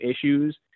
issues